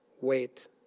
Wait